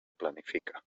planifica